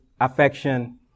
affection